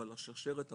אבל השרשרת ארוכה,